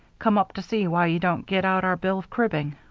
come up to see why you don't get out our bill of cribbing.